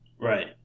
Right